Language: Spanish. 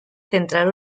central